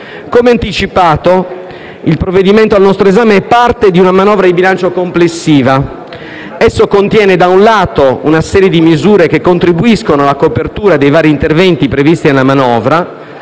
Come anticipato, il provvedimento al nostro esame è parte di una manovra di bilancio complessiva. Esso contiene una serie di misure che contribuiscono, da un lato, alla copertura dei vari interventi previsti nella manovra